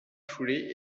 foulée